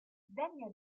degna